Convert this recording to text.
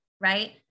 right